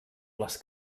les